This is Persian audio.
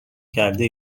کرده